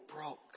broke